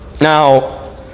Now